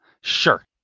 Sure